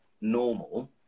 normal